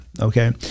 Okay